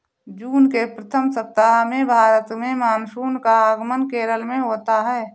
जून के प्रथम सप्ताह में भारत में मानसून का आगमन केरल में होता है